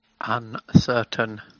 Uncertain